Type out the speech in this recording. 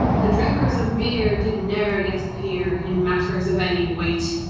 the drinkers of beer did ne'er yet appear in matters of any weight!